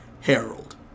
Harold